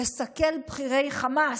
לסכל בכירי חמאס,